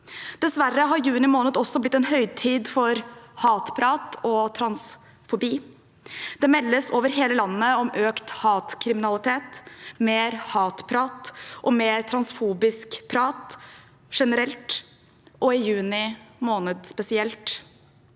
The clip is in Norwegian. Dessverre har juni måned også blitt en høytid for hatprat og transfobi. Det meldes over hele landet om økt hatkriminalitet, mer hatprat og mer transfobisk prat generelt og i juni måned spesielt.